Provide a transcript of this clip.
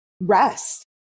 rest